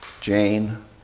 Jane